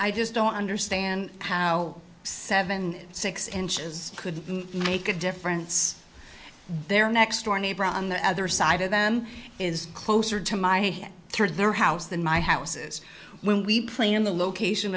i just don't understand how seven six inches could make a difference their next door neighbor on the other side of them is closer to my third their house than my house is when we play in the location